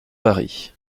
paris